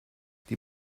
die